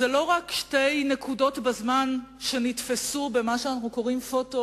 הם לא רק שתי נקודות בזמן שנתפסו במה שאנחנו קוראים: "פוטו